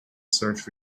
search